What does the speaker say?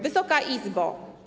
Wysoka Izbo!